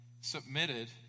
submitted